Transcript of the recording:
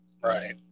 Right